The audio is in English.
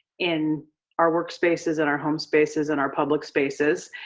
in our workspaces, in our home spaces, in our public spaces,